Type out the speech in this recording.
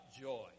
joy